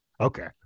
Okay